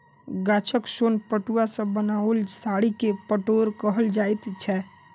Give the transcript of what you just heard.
गाछक सोन पटुआ सॅ बनाओल साड़ी के पटोर कहल जाइत छै